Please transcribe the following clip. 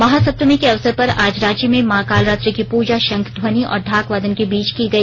महासप्तमी के अवसर पर आज रांची में मां कालरात्रि की पूजा शंख ध्वनि और ढाक वादन के बीच की गई